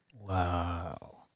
Wow